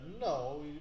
no